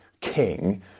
king